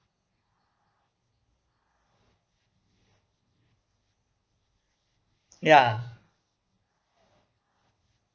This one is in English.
ya